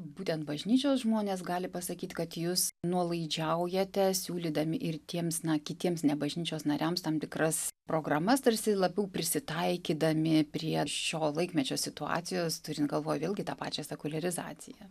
būtent bažnyčios žmonės gali pasakyt kad jūs nuolaidžiaujate siūlydami ir tiems na kitiems ne bažnyčios nariams tam tikras programas tarsi labiau prisitaikydami prie šio laikmečio situacijos turint galvoj vėlgi tą pačią sekuliarizaciją